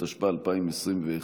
התשפ"א 2021,